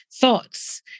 thoughts